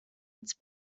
its